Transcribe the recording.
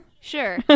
Sure